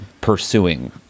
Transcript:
pursuing